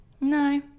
No